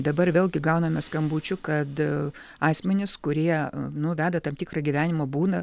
dabar vėlgi gauname skambučių kad asmenys kurie nu veda tam tikrą gyvenimo būdą